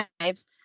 lives